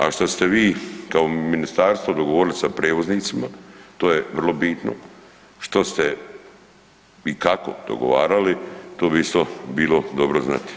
A što ste vi kao ministarstvo dogovorili sa prijevoznicima, to je vrlo bitno, što ste i kako dogovarali to bi isto bilo dobro znati.